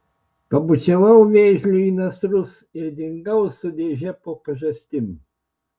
pabučiavau vėžliui į nasrus ir dingau su dėže po pažastim